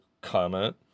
comment